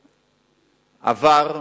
עבר.